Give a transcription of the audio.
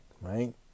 right